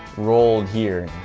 rolled here.